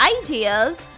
ideas